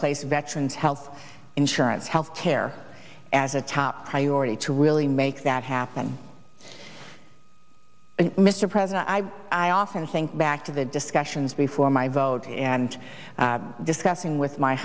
place veterans health insurance health care as a top priority to really make that happen mr president i often think back to the discussions before my vote and discussing with my